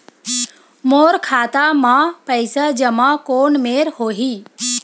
मोर खाता मा पईसा जमा कोन मेर होही?